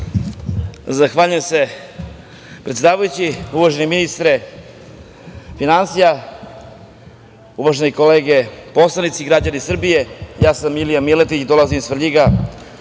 Zahvaljujem se predsedavajući. Uvaženi ministre finansija, uvažene kolege poslanici, građani Srbije, ja sam Milija Miletić, dolazim iz Svrljiga,